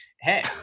hey